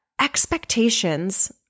expectations